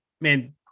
man